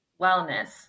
wellness